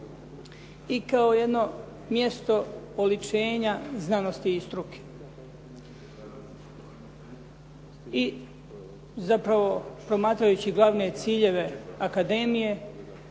i kao jedno mjesto oličenja znanosti i struke. I zapravo promatrajući glavne ciljeve akademije